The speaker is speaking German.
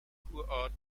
kurort